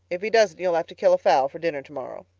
if he doesn't you'll have to kill a fowl for dinner tomorrow.